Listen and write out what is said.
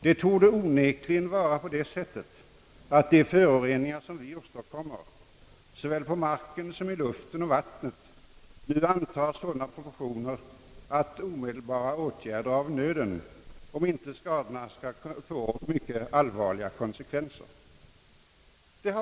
Det torde onekligen vara på det sättet, att de föroreningar som vi åstadkommer — såväl på marken som i luften och i vattnet — nu antar sådana proportioner, att omedelbara åtgärder är av nöden, om inte skadorna skall få mycket allvarliga konsekvenser.